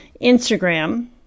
Instagram